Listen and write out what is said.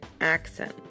accent